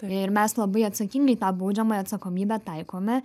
ir mes labai atsakingai tą baudžiamąją atsakomybę taikome